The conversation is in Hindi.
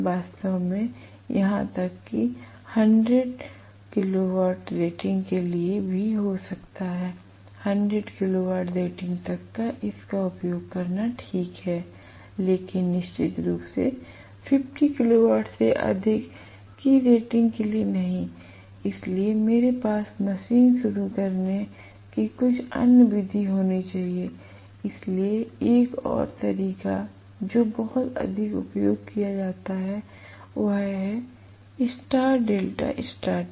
वास्तव में यहां तक कि 10 किलोवाट रेटिंग के लिए भी हो सकता है 10 किलोवाट रेटिंग तक इसका उपयोग करना ठीक है l लेकिन निश्चित रूप से 50 किलोवाट से अधिक की रेटिंग के लिए नहीं इसलिए मेरे पास मशीन शुरू करने की कुछ अन्य विधि होनी चाहिए इसलिए एक और तरीका जो बहुत अधिक उपयोग किया जाता है वह है स्टार डेल्टा स्टार्टिंग